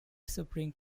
supreme